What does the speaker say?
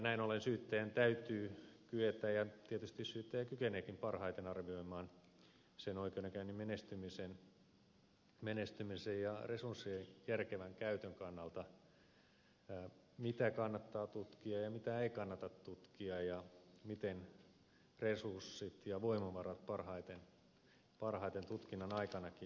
näin ollen syyttäjän täytyy kyetä ja tietysti syyttäjä kykeneekin parhaiten arvioimaan oikeudenkäynnin menestymisen ja resurssien järkevän käytön kannalta sen mitä kannattaa tutkia ja mitä ei kannata tutkia ja miten resurssit ja voimavarat parhaiten tutkinnan aikanakin jo kohdennetaan